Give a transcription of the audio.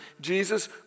Jesus